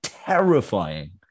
terrifying